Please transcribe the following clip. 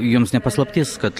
jums ne paslaptis kad